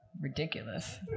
Ridiculous